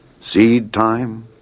seed-time